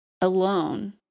alone